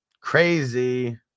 Crazy